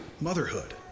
motherhood